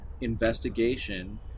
investigation